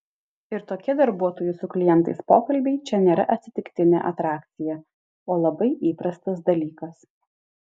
ir tokie darbuotojų su klientais pokalbiai čia nėra atsitiktinė atrakcija o labai įprastas dalykas